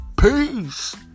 Peace